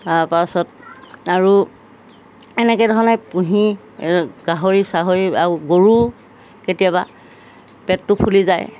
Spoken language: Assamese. তাৰপাছত আৰু এনেকৈ ধৰণে পুহি গাহৰি চাহৰি আৰু গৰু কেতিয়াবা পেটটো ফুলি যায়